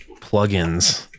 plugins